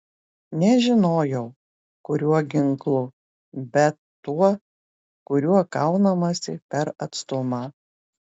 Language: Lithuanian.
nežinojau kuriuo ginklu bet tuo kuriuo kaunamasi per atstumą